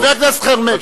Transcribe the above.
חבר הכנסת חרמש,